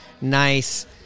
nice